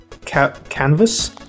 canvas